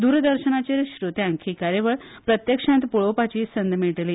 दूरदर्शनाचेर श्रोत्यांक ही कार्यावळ प्रत्यक्षात पळोवपाची संद मेळटली